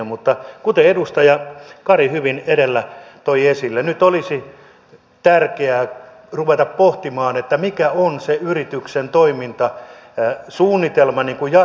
mutta kuten edustaja kari hyvin edellä toi esille nyt olisi tärkeää ruveta pohtimaan mikä on se yrityksen toimintasuunnitelma jatkossa